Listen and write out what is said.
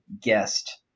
guest